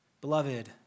Beloved